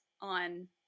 on